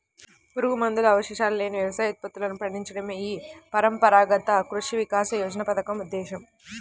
పురుగుమందు అవశేషాలు లేని వ్యవసాయ ఉత్పత్తులను పండించడమే ఈ పరంపరాగత కృషి వికాస యోజన పథకం ఉద్దేశ్యం